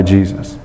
Jesus